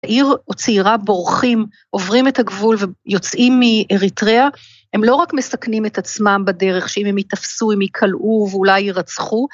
צעיר או צעירה בורחים, עוברים את הגבול ויוצאים מאריתריה, הם לא רק מסכנים את עצמם בדרך שאם הם יתאפסו, הם ייקלעו ואולי ירצחו.